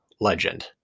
legend